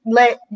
let